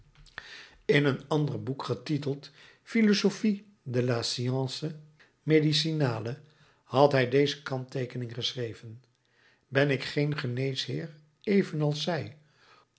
in een ander boek getiteld philosophie de la science médicale had hij deze kantteekening geschreven ben ik geen geneesheer evenals zij